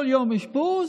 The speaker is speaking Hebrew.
כל יום אשפוז